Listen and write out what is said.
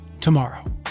tomorrow